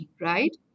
right